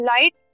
light